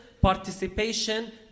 participation